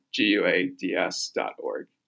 guads.org